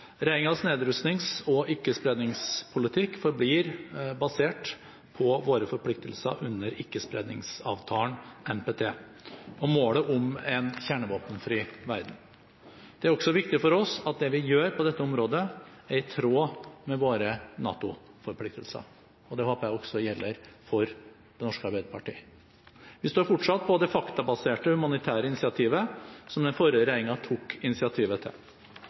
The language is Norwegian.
og ikke-spredningspolitikk forblir basert på våre forpliktelser under Ikke-spredningsavtalen – NPT – og målet om en kjernevåpenfri verden. Det er også viktig for oss at det vi gjør på dette området, er i tråd med våre NATO-forpliktelser. Det håper jeg også gjelder for Det norske Arbeiderparti. Vi står fortsatt på det faktabaserte humanitære initiativet, som den forrige